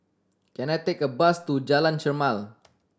can I take a bus to Jalan Chermai